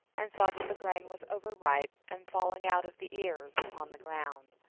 and saw that the grain was overripe and falling out of the ears upon the ground.